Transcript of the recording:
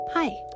Hi